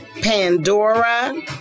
Pandora